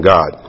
God